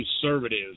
conservatives